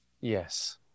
Yes